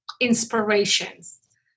inspirations